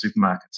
supermarkets